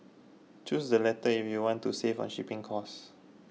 choose the latter if you want to save on shipping cost